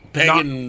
pagan